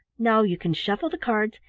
now you can shuffle the cards,